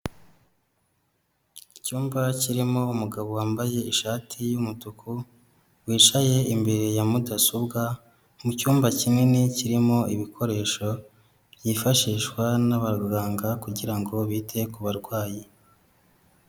Icyumba kirimo umugabo wambaye ishati y'umutuku, wicaye imbere ya mudasobwa, mu cyumba kinini kirimo ibikoresho, byifashishwa n'abaganga kugirango bite ku barwayi.